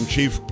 Chief